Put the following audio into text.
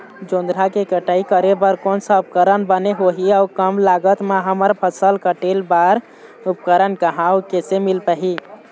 जोंधरा के कटाई करें बर कोन सा उपकरण बने होही अऊ कम लागत मा हमर फसल कटेल बार उपकरण कहा अउ कैसे मील पाही?